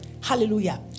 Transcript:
Hallelujah